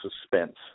suspense